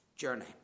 journey